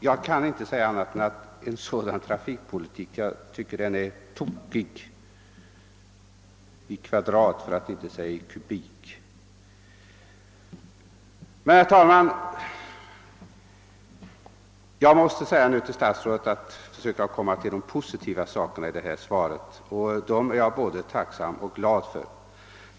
Jag kan inte finna annat än att en sådan trafikpolitik är tokig i kvadrat, för att inte säga i kubik. Herr talman! Jag skall nu försöka komma till de positiva sakerna i svaret. Dem är jag både tacksam för och glad över.